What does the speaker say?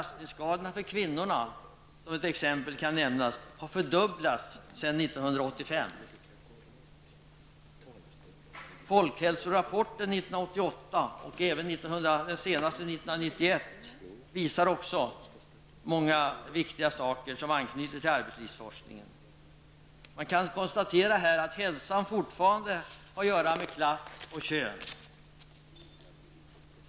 Som exempel kan nämnas att belastningsskadorna hos kvinnor har fördubblats sedan 1985. Folkhälsorapporten 1988 och även den senaste 1991 visar också många viktiga saker som anknyter till arbetslivsforskningen. Man kan konstatera att hälsan fortfarande har att göra med klass och kön.